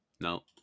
No